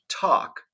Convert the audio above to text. talk